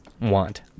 want